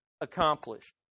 accomplished